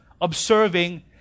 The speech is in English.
observing